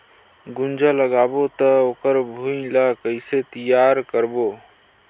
गुनजा लगाबो ता ओकर भुईं ला कइसे तियार करबो?